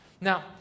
Now